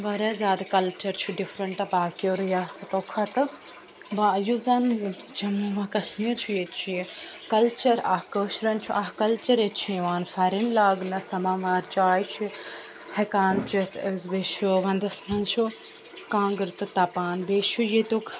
واریاہ زیادٕ کَلچَر چھُ ڈِفرَنٹ باقیو رِیاستو کھۄتہٕ یُس زَن جموں کَشمیٖر چھُ ییٚتہِ چھُ یہِ کَلچَر اَکھ کٲشریٚن چھُ اَکھ کَلچَر ییٚتہِ چھِ یِوان فٮ۪رَن لاگنہٕ سَماوار چاے چھِ ہٮ۪کان چِیٚتھ أسۍ بیٚیہِ چھُ وَندَس منٛز چھُ کانٛگٕر تہٕ تَپان بیٚیہِ چھُ ییٚتیُک